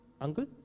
Uncle